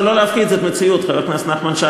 זה לא להפחיד, זאת המציאות, חבר הכנסת נחמן שי.